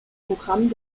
programm